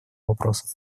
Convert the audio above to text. вопросов